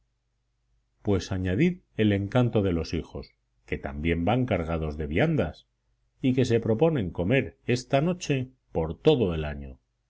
pues añadid el encanto de los hijos que también van cargados de viandas y que se proponen comer esta noche por todo el año